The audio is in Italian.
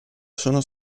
sono